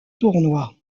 tournoi